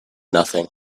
nothing